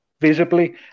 visibly